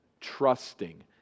trusting